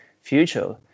future